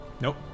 Nope